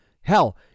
Hell